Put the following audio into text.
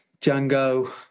Django